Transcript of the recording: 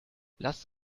lasst